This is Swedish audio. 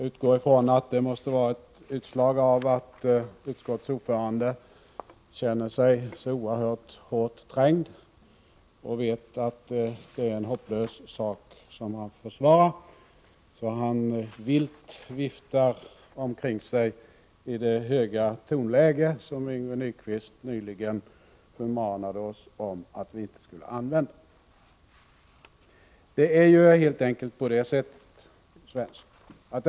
Att Olle Svensson viftar vilt omkring sig och använder det höga tonläge som Yngve Nyquist nyligen förmanade oss att inte använda måste vara ett utslag av att utskottets ordförande känner sig oerhört hårt trängd och vet att det är en hopplös sak som han försvarar.